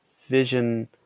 vision